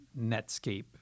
Netscape